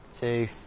two